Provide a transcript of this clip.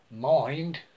mind